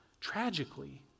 tragically